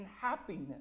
happiness